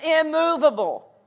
immovable